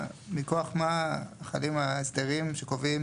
מכוח מה חלים ההסדרים שקובעים?